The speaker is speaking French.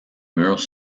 murs